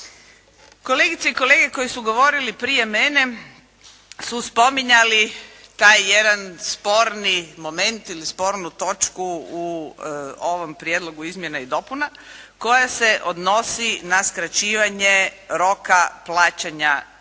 Kolegice i kolege koji su govorili prije mene su spominjali taj jedan sporni moment ili spornu točku u ovom prijedlogu izmjena i dopuna koja se odnosi na skraćivanje roka plaćanja carine,